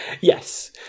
yes